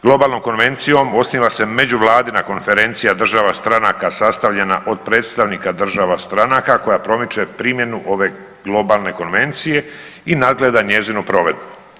Globalnom konvencijom osniva se međuvladina konferencija država stranaka sastavljena od predstavnika država stranaka koja promiče primjenu ove Globalne konvencije i nadgleda njezinu provedbu.